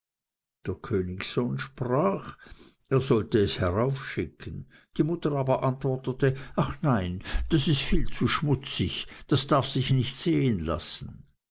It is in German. der königssohn sprach er sollte es heraufschicken die mutter aber antwortete ach nein das ist viel zu schmutzig das darf sich nicht sehen lassen